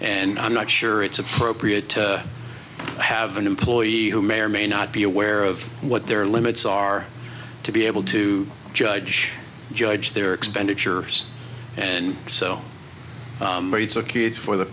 and i'm not sure it's appropriate to have an employee who may or may not be aware of what their limits are to be able to judge judge their expenditures and so it's a kid for the